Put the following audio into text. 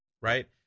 right